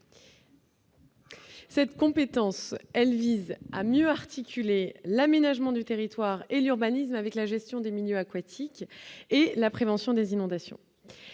Cette compétence, elle vise à mieux articuler l'aménagement du territoire et urbanisme avec la gestion des milieux aquatiques et la prévention des inondations,